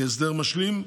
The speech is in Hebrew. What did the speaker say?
כהסדר משלים,